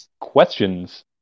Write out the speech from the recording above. questions